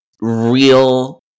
real